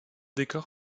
décor